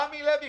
רמי לוי